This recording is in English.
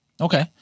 Okay